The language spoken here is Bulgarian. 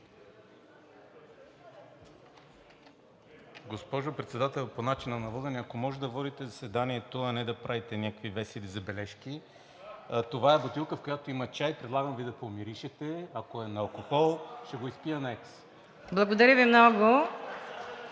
Госпожо Председател, по начина на водене – ако може да водите заседанието, а не да правите някакви весели забележки. Това е бутилка, в която има чай, предлагам Ви да помиришете. Ако е алкохол, ще го изпия на екс. ПРЕДСЕДАТЕЛ